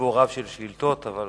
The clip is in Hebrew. מצבור רב של שאילתות, אבל